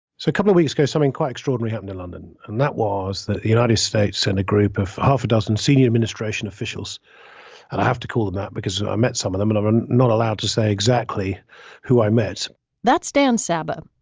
so a couple of weeks ago, something quite extraordinary happened in london, and that was that the united states and a group of half a dozen senior administration officials and i have to call them that because i met some of them and i'm not allowed to say exactly who i met that's dan sabbagh.